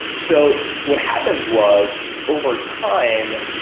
so what happened was overtime,